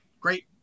great